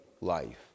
life